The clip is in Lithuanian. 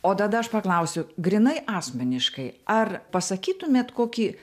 o tada aš paklausiu grynai asmeniškai ar pasakytumėt kokį